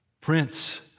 Prince